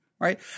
right